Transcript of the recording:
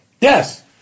Yes